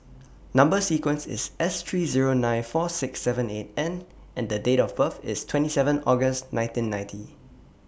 Number sequence IS S three Zero nine four six seven eight N and Date of birth IS twenty seven August nineteen ninety